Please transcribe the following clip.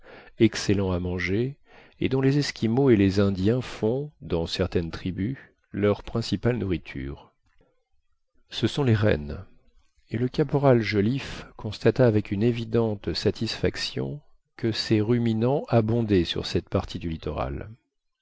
excellents à manger et dont les esquimaux et les indiens font dans certaines tribus leur principale nourriture ce sont les rennes et le caporal joliffe constata avec une évidente satisfaction que ces ruminants abondaient sur cette partie du littoral